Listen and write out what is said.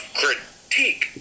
critique